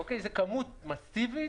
זו כמות מסיבית,